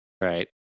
Right